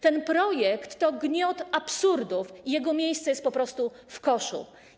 Ten projekt to gniot, zbiór absurdów i jego miejsce jest po prostu w koszu.